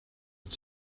het